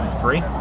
Three